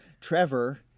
Trevor